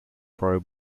pro